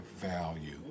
value